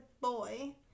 boy